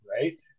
Right